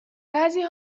بعضی